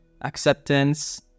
acceptance